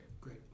Great